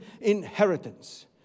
inheritance